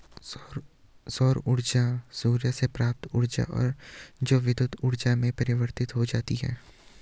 सौर ऊर्जा सूर्य से प्राप्त ऊर्जा है जो विद्युत ऊर्जा में परिवर्तित हो जाती है